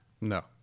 No